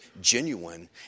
genuine